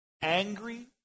angry